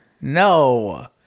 no